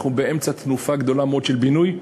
אנחנו באמצע תנופה גדולה מאוד של בינוי,